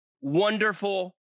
wonderful